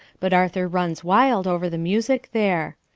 but arthur runs wild over the music there.